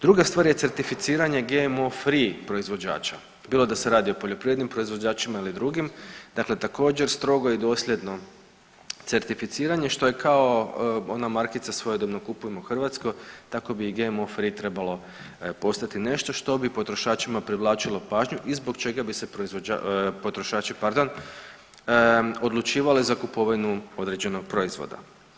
Druga stvar je certificiranje GMO free proizvođača bilo da se radi o poljoprivrednim proizvođačima ili drugim, dakle također strogo i dosljedno certificiranje što je kao ona markica svojedobno „Kupujmo Hrvatsko“, tako bi i GMO free trebalo postati nešto što bi potrošačima privlačilo pažnju i zbog čega bi se proizvođači, potrošači, pardon, odlučivali za kupovinu određenog proizvoda.